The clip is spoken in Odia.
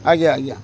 ଆଜ୍ଞା ଆଜ୍ଞା